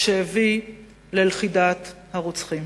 שהביא ללכידת הרוצחים.